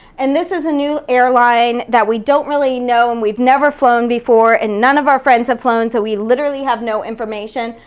and this is a new airline that we don't really know, and we've never flown before, and none of our friends have flown, so we literally have no information,